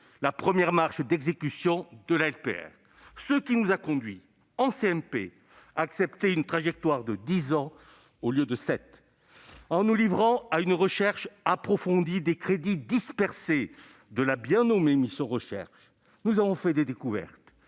la première marche d'exécution de la LPR, ce qui nous a conduits en commission mixte paritaire à accepter une trajectoire de dix ans au lieu de sept. En nous livrant à une recherche approfondie des crédits dispersés de la bien nommée mission « recherche », nous avons fait des découvertes,